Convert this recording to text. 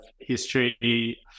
history